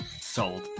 sold